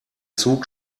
zug